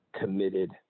committed